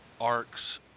arcs